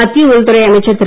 மத்திய உள்துறை அமைச்சர் திரு